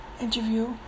interview